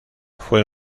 fue